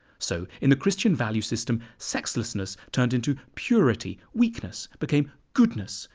so, in the christian value system, sexlessness turned into purity weakness became goodness,